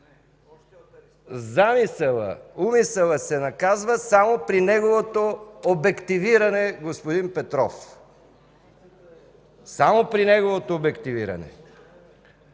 замисълът, умисълът се наказва само при неговото обективиране, господин Петров. Само при неговото обективиране!